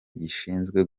gishinzwe